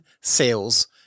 sales